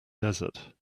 desert